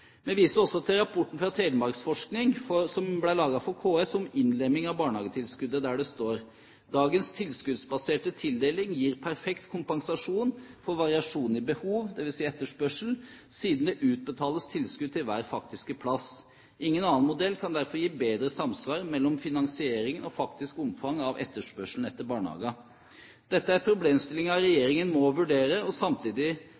Vi viser også til rapporten fra Telemarksforskning som ble laget for KS, om innlemming av barnehagetilskuddet, der det står: «Dagens tilskuddsbaserte tildeling gir perfekt kompensasjon for variasjon i behov siden det utbetales tilskudd til hver faktiske plass. Ingen annen modell kan derfor gi bedre samsvar mellom finansiering og faktisk omfang av etterspørselen etter barnehageplasser.» Dette er